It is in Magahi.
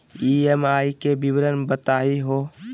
ई.एम.आई के विवरण बताही हो?